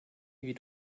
you